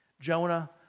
Jonah